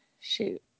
Shoot